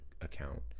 account